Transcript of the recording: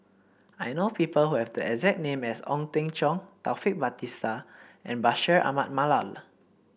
I know people who have the exact name as Ong Teng Cheong Taufik Batisah and Bashir Ahmad Mallal